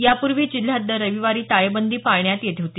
यापूर्वी जिल्ह्यात दर रविवारी टाळेबंदी पाळण्यात येत होती